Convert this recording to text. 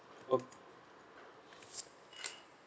okay